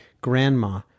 grandma